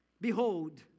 Behold